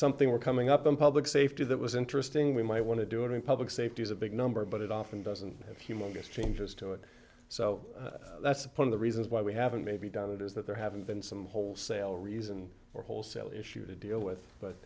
something we're coming up in public safety that was interesting we might want to do it in public safety is a big number but it often doesn't have humongous changes to it so that's a part of the reasons why we haven't maybe done it is that there haven't been some wholesale reason or wholesale issue to deal with but